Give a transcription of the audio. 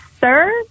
sir